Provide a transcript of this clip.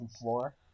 floor